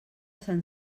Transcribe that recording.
sant